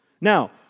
Now